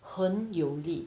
很有力